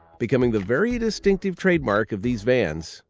becoming the very distinctive trademark of these vans.